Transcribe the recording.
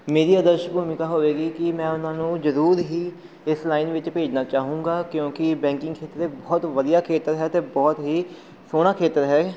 ਮੇਰੀ ਆਦਰਸ਼ ਭੂਮਿਕਾ ਹੋਵੇਗੀ ਕਿ ਮੈਂ ਉਹਨਾਂ ਨੂੰ ਜ਼ਰੂਰ ਹੀ ਇਸ ਲਾਈਨ ਵਿੱਚ ਭੇਜਣਾ ਚਾਹੂੰਗਾ ਕਿਉਂਕਿ ਬੈਂਕਿੰਗ ਖੇਤਰ ਦੇ ਬਹੁਤ ਵਧੀਆ ਖੇਤਰ ਹੈ ਅਤੇ ਬਹੁਤ ਹੀ ਸੋਹਣਾ ਖੇਤਰ ਹੈ